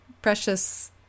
precious